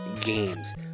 games